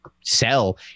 sell